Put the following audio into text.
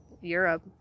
Europe